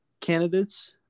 candidates